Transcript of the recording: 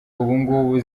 ubungubu